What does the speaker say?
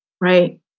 Right